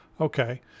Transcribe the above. Okay